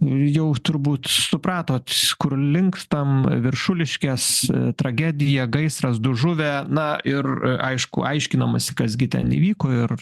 jau turbūt supratot kur linkstam viršuliškės tragedija gaisras du žuvę na ir aišku aiškinamasi kas gi ten įvyko ir